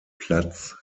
platz